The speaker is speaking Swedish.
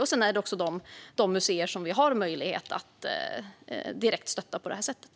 Sedan handlar det också om de museer som vi har möjlighet att direkt stötta på det här sättet.